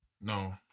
No